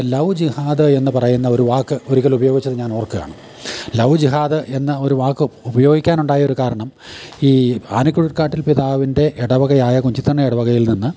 love ജിഹാത് എന്ന് പറയുന്ന ഒരു വാക്ക് ഒരിക്കൽ ഉപയോഗിച്ചത് ഞാൻ ഓർക്കാണ് ലൗജിഹാത് എന്ന ഒരു വാക്ക് ഉപയോഗിക്കാാൻ ഉണ്ടായൊരു കാരണം ഈ ആനക്കുഴക്കാട്ടിൽ പിതാവിൻ്റെ ഇടവകയായ കുഞ്ചിതണ്ണ ഇടവകയിൽ നിന്ന്